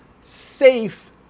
safe